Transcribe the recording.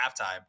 halftime